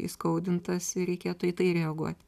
įskaudintas reikėtų į tai reaguot